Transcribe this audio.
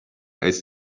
its